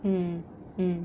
mm mm